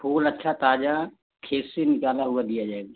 फूल अच्छा ताज़ा खेत से निकाला हुआ दिया जाएगा